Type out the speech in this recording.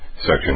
Section